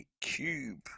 Cube